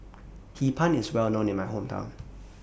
Hee Pan IS Well known in My Hometown